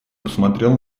посмотрел